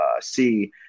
see